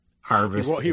Harvest